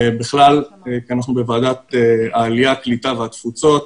כי אנחנו בוועדת העלייה, הקליטה והתפוצות.